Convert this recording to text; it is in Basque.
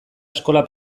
eskola